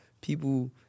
people